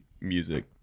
music